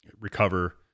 recover